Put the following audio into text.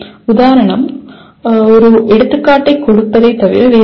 உதாரணம் ஒரு எடுத்துக்காட்டு கொடுப்பதைத் தவிர வேறில்லை